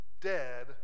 dead